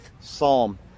Psalm